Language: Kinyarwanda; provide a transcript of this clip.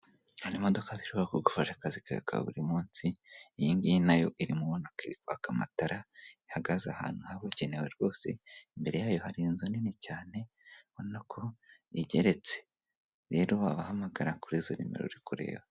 Hari imodoka zishobora kugufasha akazi kawe ka buri munsi, iyi ngiyi nayo irimo ubona ko iri kwaka amatara ihagaze ahantu habugenewe rwose, imbere yayo hari inzu nini cyane ubona ko igeretse, rero wabahamagara kuri izo nimero uri kureba.